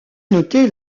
noté